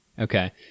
Okay